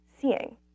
seeing